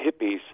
hippies